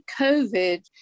COVID